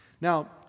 Now